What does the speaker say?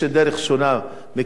יש לי דרך שונה מקודמתי.